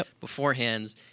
beforehand